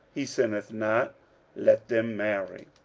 he sinneth not let them marry.